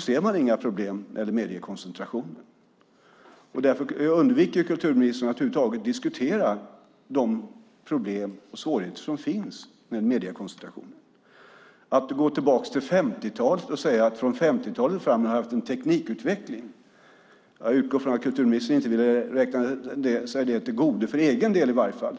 ser man inga problem eller mediekoncentrationen. Därför undviker kulturministern att över huvud taget diskutera de problem och svårigheter som finns med mediekoncentrationen. Man går tillbaka till 50-talet och säger att vi från 50-talet och framåt har haft en teknikutveckling. Jag utgår från att kulturministern inte vill räkna sig det tillgodo för egen del i varje fall.